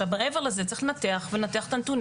אבל מעבר לזה צריך לנתח את הנתונים,